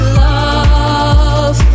love